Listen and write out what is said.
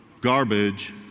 Garbage